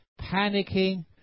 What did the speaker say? panicking